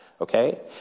okay